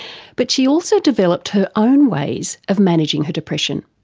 but she also developed her own ways of managing her depression.